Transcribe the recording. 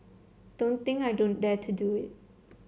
don't think I don't dare to do it